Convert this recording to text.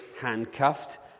handcuffed